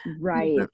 Right